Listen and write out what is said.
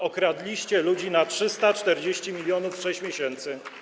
Okradliście ludzi na 340 mln w 6 miesięcy.